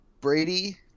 Brady